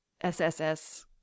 SSS